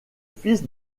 fils